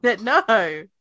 no